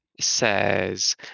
says